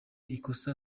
ikosa